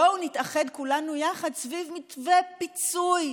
בואו נתאחד כולנו יחד סביב מתווה פיצוי,